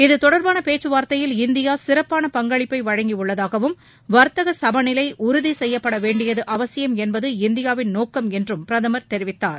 இது தொடர்பான பேச்சுவார்த்தையில் இந்தியா சிறப்பான பங்களிப்பை வழங்கியுள்ளதாகவும் வர்த்தக சமநிலை உறுதி செய்யப்பட வேண்யடிது அவசியம் என்பது இந்தியாவின் நோக்கம் என்றும் பிரதமர் தெரிவித்தார்